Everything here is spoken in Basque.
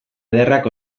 ederrak